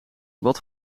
wat